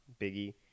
Biggie